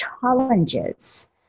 challenges